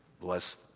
bless